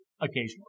occasionally